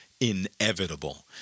inevitable